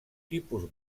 tipus